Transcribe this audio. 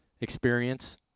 experience